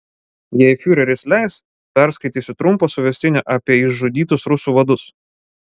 jei fiureris leis perskaitysiu trumpą suvestinę apie išžudytus rusų vadus